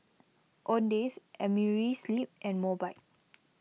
Owndays Amerisleep and Mobike